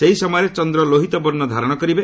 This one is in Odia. ସେହି ସମୟରେ ଚନ୍ଦ୍ର ଲୋହିତ ବର୍ଷ ଧାରଣ କରିବ